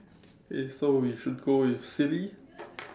okay so we should go with silly